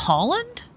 Holland